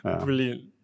Brilliant